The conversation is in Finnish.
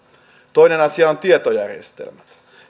toinen asia ovat tietojärjestelmät